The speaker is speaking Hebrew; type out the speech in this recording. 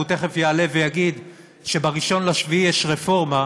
והוא תכף יעלה ויגיד שב-1 ביולי יש רפורמה,